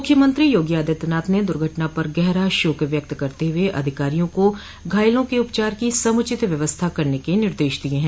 मूख्यमंत्री योगी आदित्यनाथ ने दुर्घटना पर गहरा शोक व्यक्त करते हुए अधिकारियों को घायल के उपचार की समुचित व्यवस्था करने के निर्देश दिये हैं